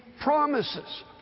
promises